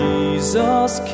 Jesus